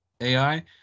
ai